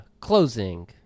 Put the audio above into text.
closing